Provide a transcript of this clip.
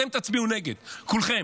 אתם תצביעו נגד, כולכם.